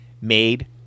made